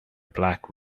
black